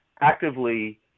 actively